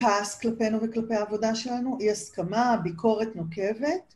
פס כלפינו וכלפי העבודה שלנו, אי הסכמה, ביקורת נוקבת.